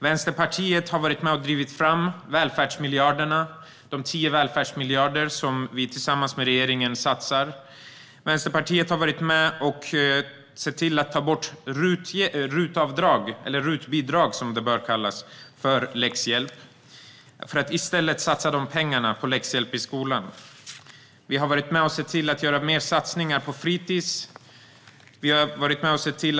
Vänsterpartiet har varit med och drivit fram de 10 välfärdsmiljarder som vi tillsammans med regeringen satsar. Vänsterpartiet har varit med och avskaffat RUT-avdrag - eller RUT-bidrag, som det bör kallas - för läxhjälp för att i stället satsa de pengarna på läxhjälp i skolan. Vi har varit med och sett till att större satsningar görs på fritis och skolgårdar.